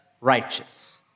righteous